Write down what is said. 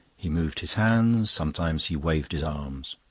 he moved his hands, sometimes he waved his arms.